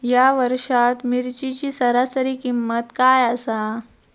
या वर्षात मिरचीची सरासरी किंमत काय आसा?